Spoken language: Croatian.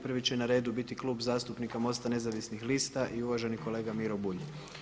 Prvi će na redu biti Klub zastupnika MOST-a Nezavisnih lista i uvaženi kolega Miro Bulj.